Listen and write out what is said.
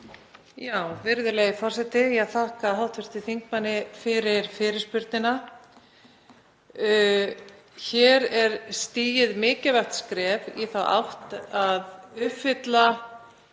Virðulegi forseti. Ég þakka hv. þingmanni fyrir fyrirspurnina. Hér er stigið mikilvægt skref í þá átt að uppfylla